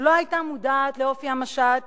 לא היתה מודעת לאופי המשט